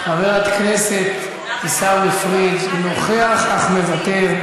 חבר הכנסת עיסאווי פריג' נוכח אך מוותר,